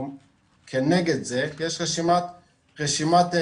כנגד זה יש רשימה של